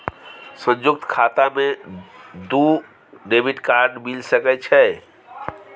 संयुक्त खाता मे दू डेबिट कार्ड मिल सके छै?